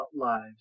lives